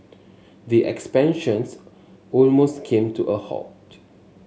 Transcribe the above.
the expansions almost came to a halt